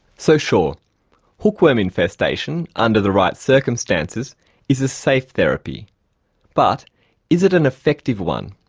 so sure hookworm infestation under the right circumstances is a safe therapy but is it an effective one?